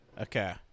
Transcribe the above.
Okay